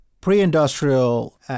pre-industrial